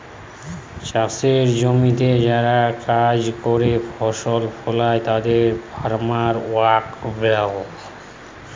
চাসের জমিতে যারা কাজ করেক ফসল ফলে তাদের ফার্ম ওয়ার্কার ব্যলে